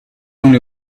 only